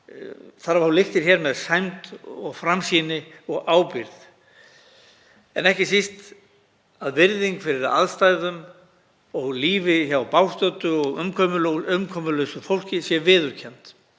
þurfa að fá lyktir hér með sæmd og framsýni og ábyrgð en ekki síst að virðing fyrir aðstæðum og lífi hjá bágstöddu og umkomulausu fólki sé viðurkennd.